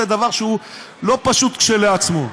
זה דבר שהוא לא פשוט כשלעצמו.